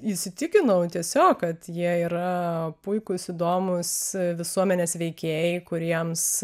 įsitikinau tiesiog kad jie yra puikūs įdomūs visuomenės veikėjai kuriems